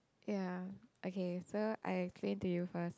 ya okay so I explain to you first